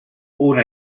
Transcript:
una